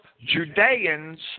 Judeans